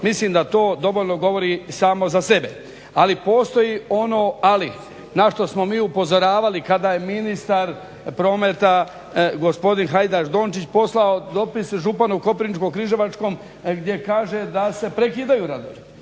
Mislim da to dovoljno govori samo za sebe. Ali postoji ono ali na što smo mi upozoravali kada je ministar prometa gospodin Hajdaš Dončić poslao dopis županu u Koprivničko-križevačkom gdje kaže da se prekidaju radovi.